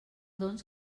doncs